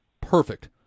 perfect